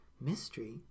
Mystery